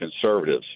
conservatives